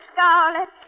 Scarlet